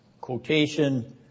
Quotation